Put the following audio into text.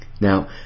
Now